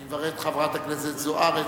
אני מברך את חברת הכנסת זוארץ,